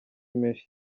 menshi